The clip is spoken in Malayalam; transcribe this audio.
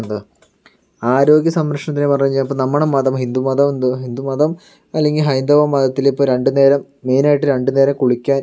ആരോഗ്യ സംരക്ഷണത്തെ പറഞ്ഞു കഴിഞ്ഞാൽ അപ്പോൾ നമ്മുടെ മതം ഹിന്ദു മതം ഹിന്ദു മതം അല്ലെങ്കിൽ ഹൈന്ദവ മതത്തിൽ ഇപ്പോൾ രണ്ട് നേരം മെയിനായിട്ട് രണ്ട് നേരം കുളിക്കാൻ